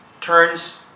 turns